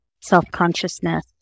self-consciousness